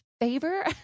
favor